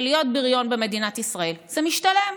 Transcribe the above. שלהיות בריון במדינת ישראל זה משתלם,